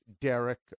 Derek